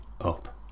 up